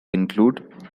include